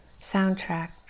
soundtrack